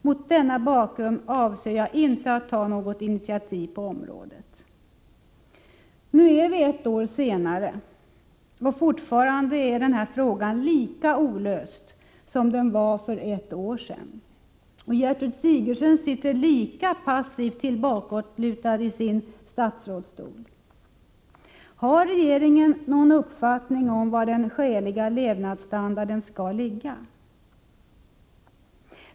Mot denna bakgrund avser jag inte att ta något initiativ på området.” Nu är det ett år senare, och fortfarande är denna fråga lika olöst som den var för ett år sedan. Och Gertrud Sigurdsen sitter lika passivt tillbakalutad i sin statsrådsstol. Har regeringen någon uppfattning om var den skäliga levnadsstandarden skall ligga?